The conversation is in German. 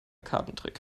kartentrick